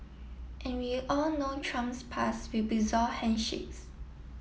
and we all know Trump's past with bizarre handshakes